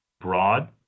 broad